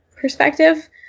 perspective